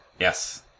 Yes